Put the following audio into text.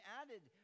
added